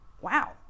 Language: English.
wow